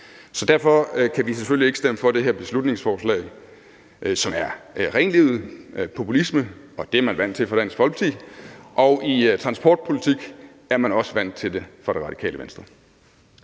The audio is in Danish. Så derfor kan vi selvfølgelig ikke stemme for det her beslutningsforslag, som er renlivet populisme, og det er man vant fra Dansk Folkepartis side, og i transportpolitik er man også vant til det fra Det Radikale Venstres